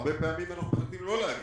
הרבה פעמים מחליטים לא להגיב,